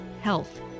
health